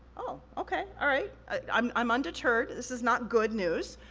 oh, okay, all right. i'm i'm undeterred, this is not good news,